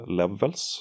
levels